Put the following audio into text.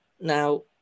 Now